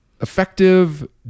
effective